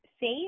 save